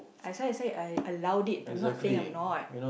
as why I say I I allowed it I'm not saying I'm not